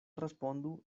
respondu